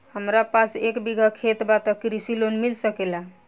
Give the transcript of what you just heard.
हमरा पास एक बिगहा खेत बा त कृषि लोन मिल सकेला?